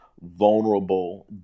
vulnerable